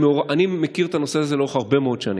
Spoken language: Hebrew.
אני מכיר את הנושא הזה לאורך הרבה מאוד שנים.